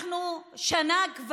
אנחנו כבר שנה,